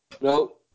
No